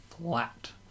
flat